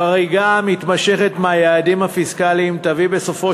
חריגה מתמשכת מהיעדים הפיסקליים תביא בסופו